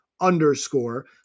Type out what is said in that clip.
underscore